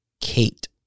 kate